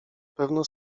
pewno